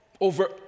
over